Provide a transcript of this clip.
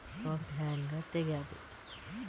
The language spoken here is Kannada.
ಅಕೌಂಟ್ ಹ್ಯಾಂಗ ತೆಗ್ಯಾದು?